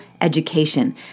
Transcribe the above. education—